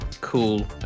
cool